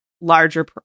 larger